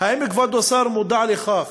האם כבוד השר מודע לכך